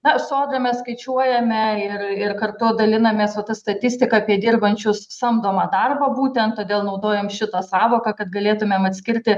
na sodra mes skaičiuojame ir ir kartu dalinamės va ta statistika apie dirbančius samdomą darbą būtent todėl naudojam šitą sąvoką kad galėtumėm atskirti